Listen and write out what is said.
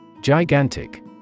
Gigantic